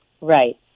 right